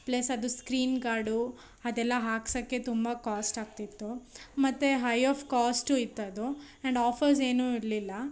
plus ಅದು screen guard ಅದೆಲ್ಲ ಹಾಕ್ಸೋಕ್ಕೆ ತುಂಬ ಕಾಸ್ಟ್ ಆಗ್ತಿತ್ತು ಮತ್ತು ಹೈ ಆಫ್ ಕಾಸ್ಟು ಇತ್ತದು ಆ್ಯಂಡ್ ಆಫರ್ಸ್ ಏನೂ ಇರಲಿಲ್ಲ